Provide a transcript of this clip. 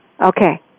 Okay